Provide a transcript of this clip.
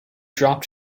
dropped